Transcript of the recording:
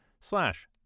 slash